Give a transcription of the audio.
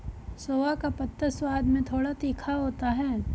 सोआ का पत्ता स्वाद में थोड़ा तीखा होता है